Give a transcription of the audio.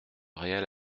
réel